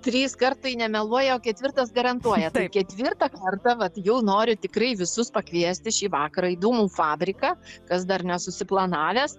trys kartai nemeluoja o ketvirtas garantuoja ketvirtą kartą vat jau noriu tikrai visus pakviesti šį vakarą į dūmų fabriką kas dar nesusiplanavęs